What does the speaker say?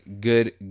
good